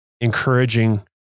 encouraging